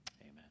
amen